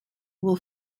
will